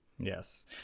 Yes